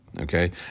okay